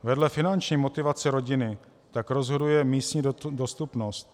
Vedle finanční motivace rodiny tak rozhoduje místní dostupnost.